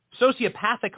sociopathic